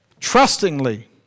trustingly